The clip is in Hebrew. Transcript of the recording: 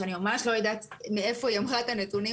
שאני ממש לא יודעת מאיפה היא אמרה את הנתונים